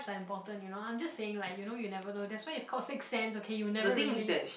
is like important you know I'm just saying like you know you never know that's why is called six sense okay you never really